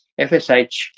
FSH